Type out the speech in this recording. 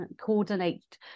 coordinate